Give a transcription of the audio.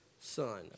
son